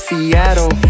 Seattle